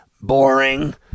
boring